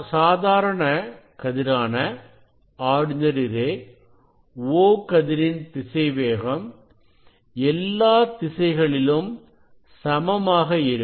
சாதாரண கதிரான O கதிரின் திசைவேகம் எல்லா திசைகளிலும் சமமாக இருக்கும்